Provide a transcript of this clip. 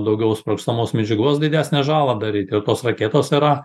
daugiau sprogstamos medžiagos didesnę žalą daryt ir tos raketos yra